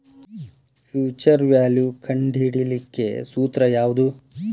Future value ಕಂಢಿಡಿಲಿಕ್ಕೆ ಸೂತ್ರ ಯಾವ್ದು?